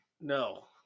no